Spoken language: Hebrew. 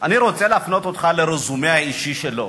אני רוצה להפנות אותך לרזומה האישי שלו.